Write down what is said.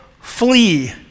flee